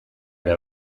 ere